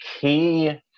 key